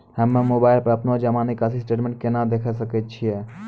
हम्मय मोबाइल पर अपनो जमा निकासी स्टेटमेंट देखय सकय छियै?